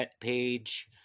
Page